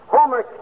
Homer